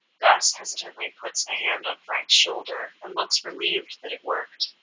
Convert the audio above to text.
gus hesitantly puts a hand on frank's shoulder and looks relieved that it worked.